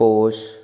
ਪੋਸ਼